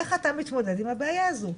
- איך אתה מתמודד עם הבעיה הזו?